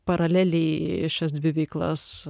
paraleliai šias dvi veiklas